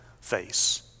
face